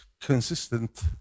consistent